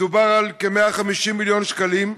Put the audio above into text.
מדובר על כ-150 מיליון שקלים,